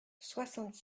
soixante